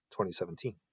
2017